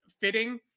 fitting